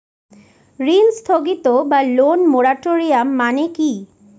ঋণ স্থগিত বা লোন মোরাটোরিয়াম মানে কি?